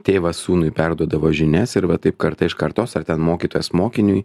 tėvas sūnui perduodavo žinias ir va taip karta iš kartos ar ten mokytojas mokiniui